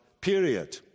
period